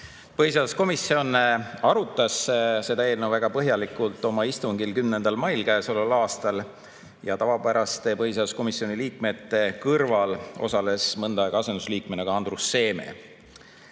Põhiseaduskomisjon arutas seda eelnõu väga põhjalikult oma istungil 10. mail käesoleval aastal. Tavapäraste põhiseaduskomisjoni liikmete kõrval osales mõnda aega asendusliikmena ka Andrus